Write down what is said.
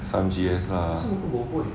some G S lah